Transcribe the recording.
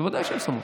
בוודאי שהן שמות.